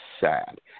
sad